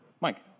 Mike